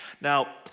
Now